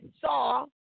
saw